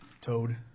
Toad